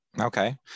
Okay